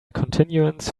continuance